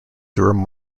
durham